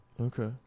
Okay